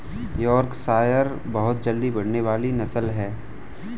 Yorkshire बहुत जल्दी बढ़ने वाली नस्ल है